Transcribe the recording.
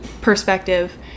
perspective